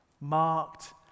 marked